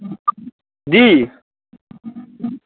जी